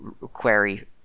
query